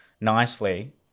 nicely